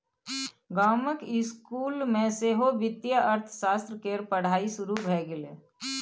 गामक इसकुल मे सेहो वित्तीय अर्थशास्त्र केर पढ़ाई शुरू भए गेल